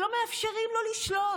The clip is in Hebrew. שלא מאפשרים לו לשלוט.